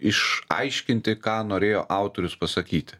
išaiškinti ką norėjo autorius pasakyti